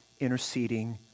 interceding